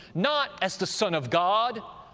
not as the son of god,